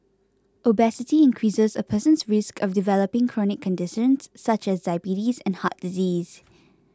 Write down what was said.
obesity increases a person's risk of developing chronic conditions such as diabetes and heart disease